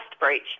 breach